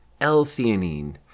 L-theanine